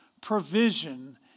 provision